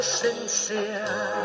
sincere